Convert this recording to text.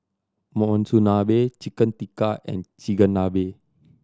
Monsunabe Chicken Tikka and Chigenabe